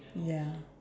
ya